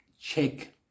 check